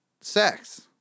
sex